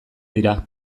dira